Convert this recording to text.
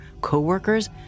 co-workers